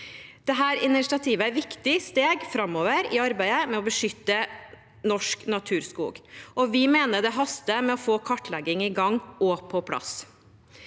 Dette initiativet er et viktig steg framover i arbeidet med å beskytte norsk naturskog. Vi mener det haster med å få kartlegging i gang og på plass.